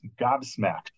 gobsmacked